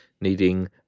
needing